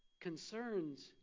concerns